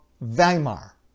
Weimar